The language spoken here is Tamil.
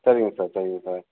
சரிங்க சார் சரிங்க சார்